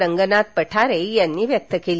रंगनाथ पठारे यांनी व्यक्त केली